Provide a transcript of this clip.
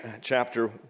chapter